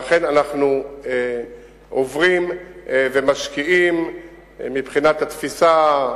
אכן, אנחנו עוברים ומשקיעים מבחינת התפיסה,